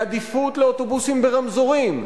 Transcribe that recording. לעדיפות לאוטובוסים ברמזורים,